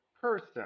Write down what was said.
person